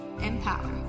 Empower